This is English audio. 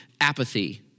apathy